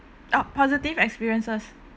oh positive experiences